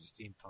Steampunk